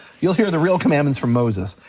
you'll hear the real commandments from moses.